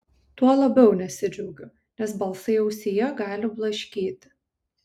tuo labai nesidžiaugiu nes balsai ausyje gali blaškyti